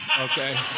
okay